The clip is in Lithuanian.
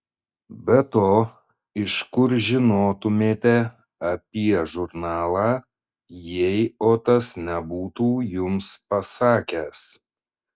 be to iš kur žinotumėte apie žurnalą jei otas nebūtų jums pasakęs